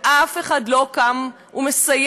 ואף אחד לא קם ומסייע.